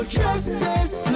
justice